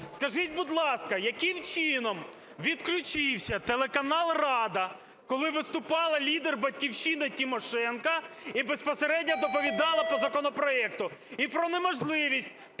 Скажіть, будь ласка, яким чином відключився телеканал "Рада", коли виступала лідер "Батьківщини" Тимошенко і безпосередньо доповідала по законопроекту